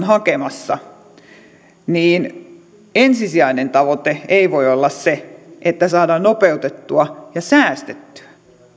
hakemassa niin ensisijainen tavoite ei voi olla se että saadaan nopeutettua ja säästettyä